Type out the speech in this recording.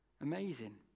amazing